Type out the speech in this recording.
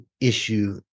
issue